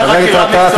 חבר הכנסת גטאס,